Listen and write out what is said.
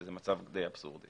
שזה מצב די אבסורדי.